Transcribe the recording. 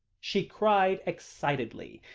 she cried excitedly,